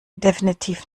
definitiv